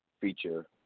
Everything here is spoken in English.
feature